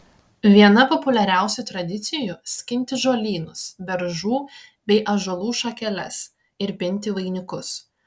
viena populiariausių tradicijų skinti žolynus beržų bei ąžuolų šakeles ir pinti vainikus